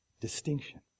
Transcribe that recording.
distinction